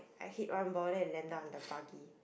I hit one ball then it landed on the buggy